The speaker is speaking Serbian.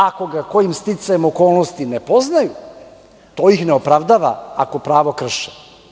Ako ga, kojim sticajem okolnosti ne poznaju, to ih ne opravdava ako pravo krše.